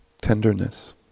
tenderness